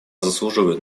заслуживают